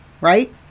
right